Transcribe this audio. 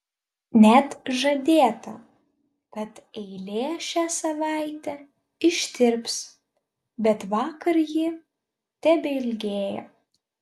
net žadėta kad eilė šią savaitę ištirps bet vakar ji tebeilgėjo